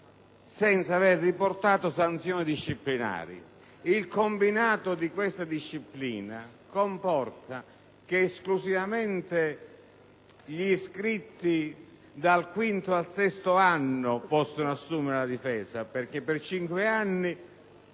senza avere riportato sanzioni disciplinari. Il combinato di questa disciplina comporta che esclusivamente gli iscritti dal quinto al sesto anno possono assumere la difesa: i primi cinque anni